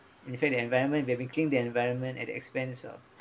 in fact the environment that we keen the environment at the expense of